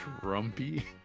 Trumpy